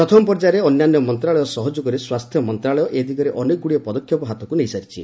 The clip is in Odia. ପ୍ରଥମ ପର୍ଯ୍ୟାୟରେ ଅନ୍ୟାନ୍ୟ ମନ୍ତ୍ରଣାଳୟ ସହଯୋଗରେ ସ୍ୱାସ୍ଥ୍ୟ ମନ୍ତ୍ରଣାଳୟ ଏ ଦିଗରେ ଅନେକଗୁଡ଼ିଏ ପଦକ୍ଷେପ ହାତକୁ ନେଇସାରିଛି